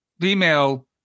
female